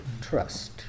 Trust